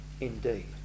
Indeed